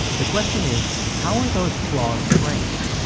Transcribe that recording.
the question is how are those flaws framed?